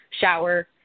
shower